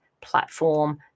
platform